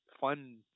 fun